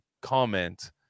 comment